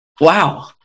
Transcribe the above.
Wow